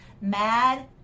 mad